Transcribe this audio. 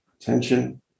attention